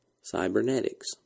cybernetics